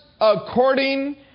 according